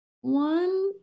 one